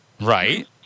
Right